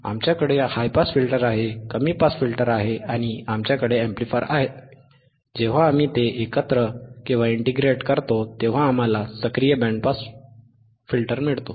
आमच्याकडे high pass filter आहे कमी पास फिल्टर आहे आणि आमच्याकडे अॅम्प्लीफायर आहे जेव्हा आम्ही ते एकत्र करतो तेव्हा आम्हाला सक्रिय बँड पास फिल्टर मिळतो